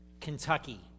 Kentucky